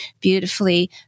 beautifully